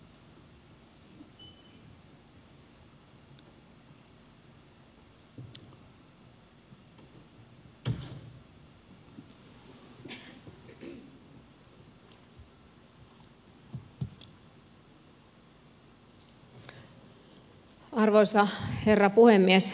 arvoisa herra puhemies